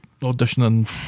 auditioning